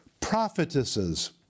prophetesses